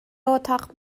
اتاق